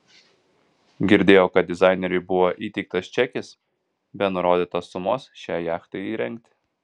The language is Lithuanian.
girdėjau kad dizaineriui buvo įteiktas čekis be nurodytos sumos šiai jachtai įrengti